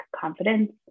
confidence